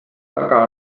taga